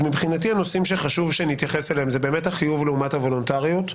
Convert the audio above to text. מבחינתי הנושאים שחשוב שנתייחס אליהם זה החיוב לעומת הוולונטריות.